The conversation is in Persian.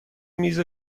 میز